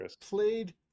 played